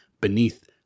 beneath